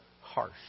harsh